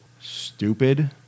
stupid